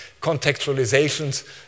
contextualizations